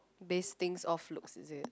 base things off looks is it